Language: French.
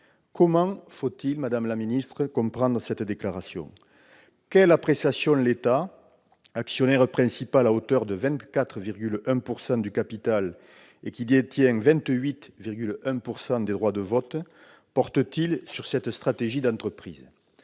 déclaration, madame la secrétaire d'État ? Quelle appréciation l'État, actionnaire principal à hauteur de 24,1 % du capital et qui détient 28,1 % des droits de vote, porte-t-il sur cette stratégie d'entreprise ?